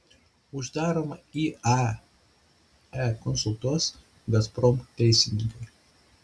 uždaromą iae konsultuos gazprom teisininkai